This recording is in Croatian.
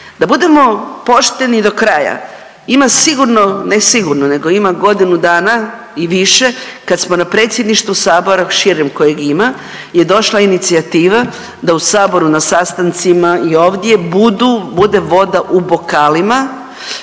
Da budemo pošteni do kraja, ima sigurno, ne sigurno nego ima godinu dana i više kad smo na Predsjedništvu sabora širem kojeg ima je došla inicijativa da u saboru na sastancima i ovdje budu, bude voda u bokalima